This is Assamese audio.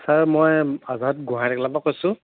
ছাৰ মই আজাদ গোহাঁই টেকেলা পৰা কৈছোঁ